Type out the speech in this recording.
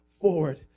forward